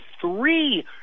three